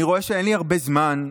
אני רואה שאין לי הרבה זמן,